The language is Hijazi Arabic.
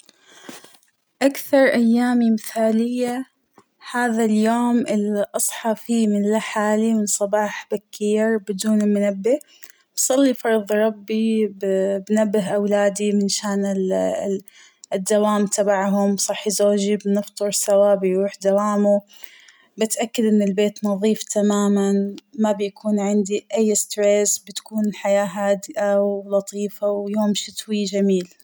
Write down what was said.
أكثر أيامى مثالية ، هذا اليوم ال أصحى فيه لحالى من صباح بكير بدون المنبه ، بصلى فرض ربى ، ب- بنبه أولادى علشان الدوام تبعهم بصحى زوجى بنفطر سوى ، بيروح دوامه ، بتأكد أن البيت نظيف تماماً ما بيكون عندى أى إستريس بتكون الحياة هادئة ولطيفة ويوم شتوى جميل.